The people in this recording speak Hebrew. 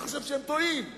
אני חושב שהם טועים,